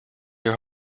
your